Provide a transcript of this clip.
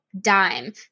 dime